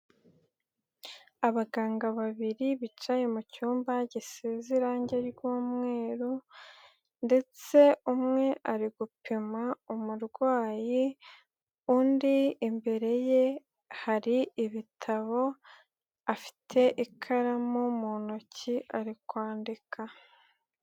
Abaganga babiri bicaye mu cyumba gisize irangi ry'umweru, ndetse umwe ari gupima umurwayi, undi imbere ye hari ibitabo, afite ikaramu mu ntoki ari kwandika.